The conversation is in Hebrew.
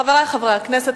חברי חברי הכנסת,